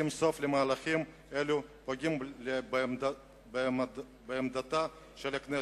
סוף למהלכים אלו הפוגעים במעמדה של הכנסת,